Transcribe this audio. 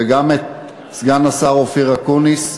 וגם את סגן השר אופיר אקוניס,